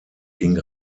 ging